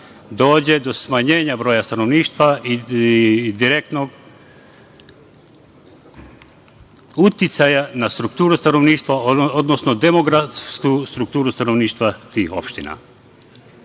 dođe do smanjenja broja stanovništva i direktnog uticaja na strukturu stanovništava, odnosno demografsku strukturu stanovništva tih opština. Kaže